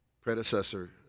predecessor